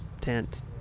tent